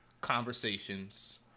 Conversations